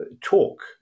talk